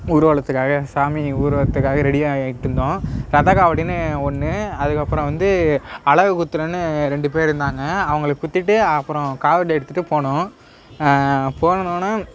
ஊர்வலத்துக்காக சாமி ஊர்வலத்துக்காக ரெடி ஆகிட்ருந்தோம் ரதக்காவடின்னு ஒன்று அதுக்கப்புறம் வந்து அலகு குத்துகிறேன்னு ரெண்டு பேர் இருந்தாங்க அவர்களுக்கு குத்திவிட்டு அப்புறம் காவடி எடுத்துகிட்டு போனோம் போனோவுன்னே